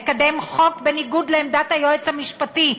לקדם חוק בניגוד לעמדת היועץ המשפטי,